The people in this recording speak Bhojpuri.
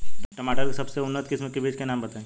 टमाटर के सबसे उन्नत किस्म के बिज के नाम बताई?